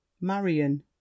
marion